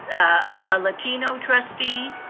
a latino trustee,